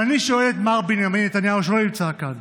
ואני שואל את מר בנימין נתניהו, שלא נמצא כאן: